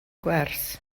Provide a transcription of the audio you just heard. gwers